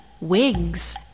Wigs